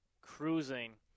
cruising